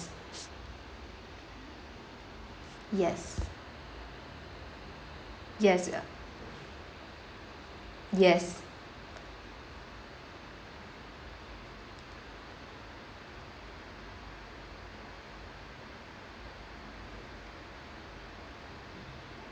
yes yes uh yes